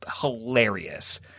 hilarious